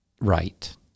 right